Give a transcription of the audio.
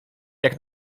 jak